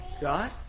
God